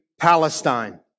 Palestine